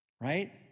right